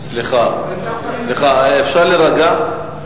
סליחה, אפשר להירגע?